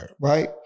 right